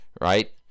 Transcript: right